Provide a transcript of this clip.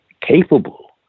capable